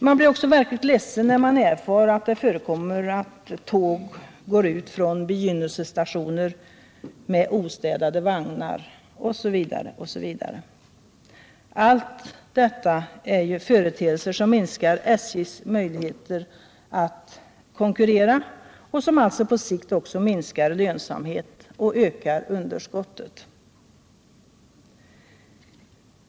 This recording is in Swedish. Man blir också verkligt ledsen när man erfar att det förekommer att tåg går ut från begynnelsestationerna med ostädade vagnar, osv. Allt detta är ju företeelser som minskar SJ:s möjligheter att konkurrera och som alltså på sikt också minskar lönsamheten och ökar underskottet.